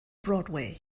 broadway